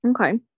okay